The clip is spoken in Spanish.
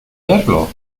verlo